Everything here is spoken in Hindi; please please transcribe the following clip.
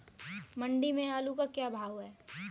मंडी में आलू का भाव क्या है?